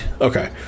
okay